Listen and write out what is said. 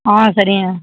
ஆ சரிங்க